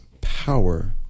power